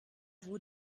vous